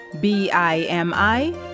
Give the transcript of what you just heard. B-I-M-I